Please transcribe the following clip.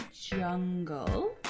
jungle